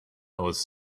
was